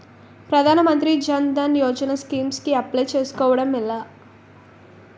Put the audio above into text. ప్రధాన మంత్రి జన్ ధన్ యోజన స్కీమ్స్ కి అప్లయ్ చేసుకోవడం ఎలా?